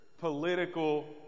Political